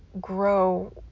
grow